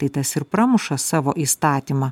tai tas ir pramuša savo įstatymą